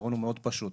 הפתרון הוא מאוד פשוט.